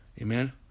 Amen